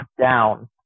down